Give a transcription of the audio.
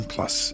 Plus